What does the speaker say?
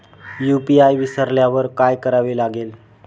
UPI विसरल्यावर काय करावे लागेल?